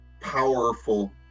powerful